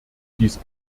dies